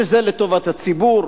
שזה לטובת הציבור,